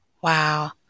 Wow